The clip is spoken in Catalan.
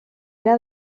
era